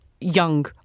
young